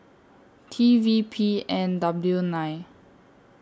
T V P N W nine